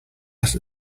let